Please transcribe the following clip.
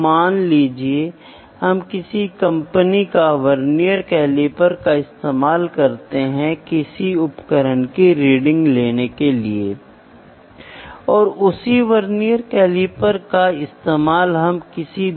तो हैंडबुक और कोड में सामान्य नियमों के रूप में उपलब्ध जानकारी और डेटा डिज़ाइनर को माप के लिए उपकरणों को बनाने या बनाने के लिए एमपीरीकल मेथड का उपयोग करने में मदद करता है